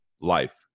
life